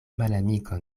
malamikon